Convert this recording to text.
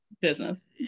business